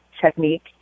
technique